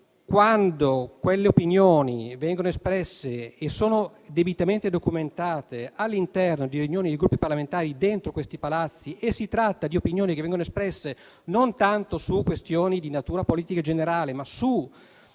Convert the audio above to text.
quando quelle opinioni vengono espresse e sono debitamente documentate all'interno di riunioni di Gruppi parlamentari dentro questi Palazzi; quando si tratta di opinioni che vengono espresse non tanto su questioni di natura politica generale, ma su